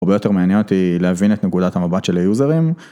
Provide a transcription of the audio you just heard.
הרבה יותר מעניין אותי להבין את נקודת המבט של היוזרים.